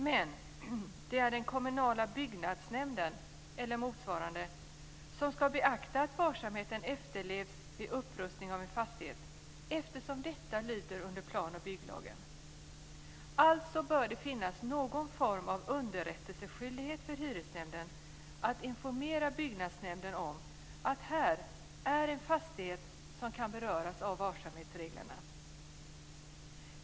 Men det är den kommunala byggnadsnämnden, eller motsvarande, som ska beakta att varsamhet efterlevs vid upprustning av en fastighet eftersom detta lyder under plan och bygglagen. Alltså bör det finnas någon form av underrättelseskyldighet för hyresnämnden att informera byggnadsnämnden om att här är en fastighet som kan beröras av varsamhetsreglerna.